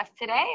today